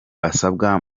basabwa